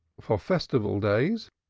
for festival days,